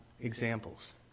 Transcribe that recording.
examples